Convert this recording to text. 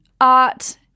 art